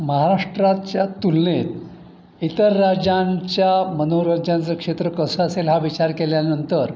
महाराष्ट्राच्या तुलनेत इतर राज्यांच्या मनोरंजनाचं क्षेत्र कसं असेल हा विचार केल्यानंतर